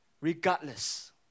Regardless